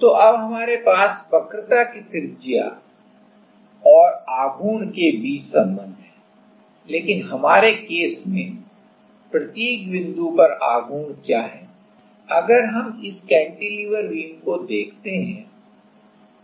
तो अब हमारे पास वक्रता की त्रिज्या और आघूर्ण के बीच संबंध है लेकिन हमारे मामले में प्रत्येक बिंदु पर आघूर्ण क्या है अगर हम इस कैंटिलीवर बीम को देखते हैं